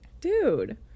dude